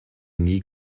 nie